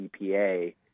EPA